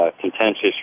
contentious